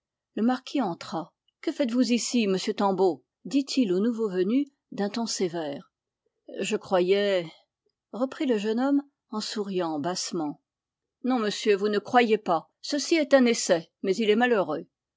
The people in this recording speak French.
le marquis entra que faites-vous ici monsieur tanbeau dit-il au nouveau venu d'un ton sévère je croyais reprit le jeune homme en souriant bassement non monsieur vous ne croyiez pas ceci est un essai mais il est malheureux